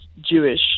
Jewish